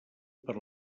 per